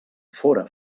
fóra